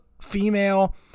female